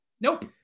nope